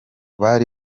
bari